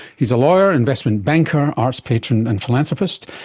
he's a lawyer, investment banker, arts patron and philanthropist,